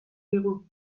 digu